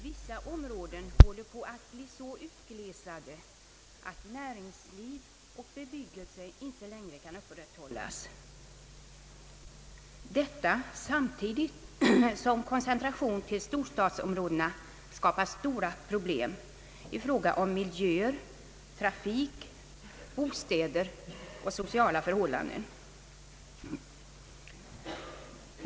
Vissa områden håller på att bli så utglesade att näringsliv och bebyggelse inte längre kan upprätthållas — detta samtidigt som koncentrationen till storstadsområdena skapar stora problem i fråga om miljöer, trafik, bostäder och sociala förhållanden.